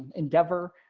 endeavor.